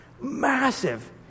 Massive